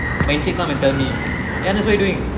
my encik come and tell me eh ernest what you doing